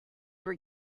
were